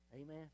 amen